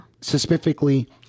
specifically